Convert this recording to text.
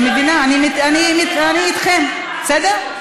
אני מבינה, אני איתכם, בסדר?